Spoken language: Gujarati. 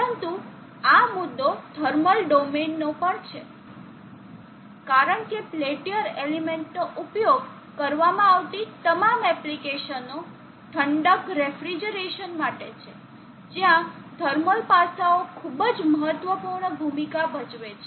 પરંતુ આ મુદ્દો થર્મલ ડોમેનનો પણ છે કારણ કે પેલ્ટીયર એલિમેન્ટ નો ઉપયોગ કરવામાં આવતી તમામ એપ્લિકેશનો ઠંડક રેફ્રિજરેશન માટે છે જ્યાં થર્મલ પાસાઓ ખૂબ જ મહત્વપૂર્ણ ભૂમિકા ભજવે છે